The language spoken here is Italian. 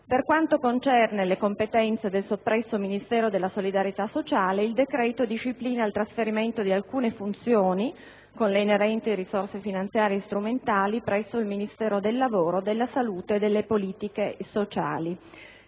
Per quanto concerne le competenze del soppresso Ministero della solidarietà sociale, il decreto disciplina il trasferimento di alcune funzioni, con le inerenti risorse finanziarie e strumentali, presso il Ministero del lavoro, della salute e delle politiche sociali